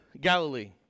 Galilee